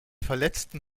verletzten